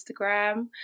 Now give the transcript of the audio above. Instagram